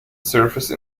surface